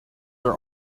are